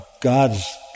God's